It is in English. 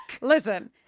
Listen